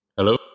Hello